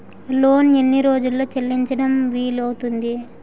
Loan ఎన్ని రోజుల్లో చెల్లించడం వీలు అవుతుంది?